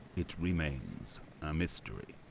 it remains a mystery.